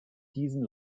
diesen